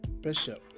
Bishop